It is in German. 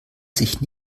sich